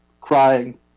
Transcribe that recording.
crying